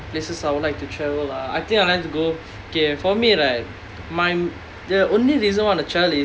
places I would like to travel ah I think I would like to go okay for me right my the only reason I want to travel is